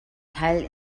teil